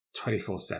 24-7